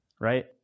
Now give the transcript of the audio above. right